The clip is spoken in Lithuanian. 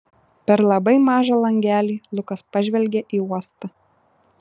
per labai mažą langelį lukas pažvelgė į uostą